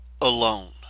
alone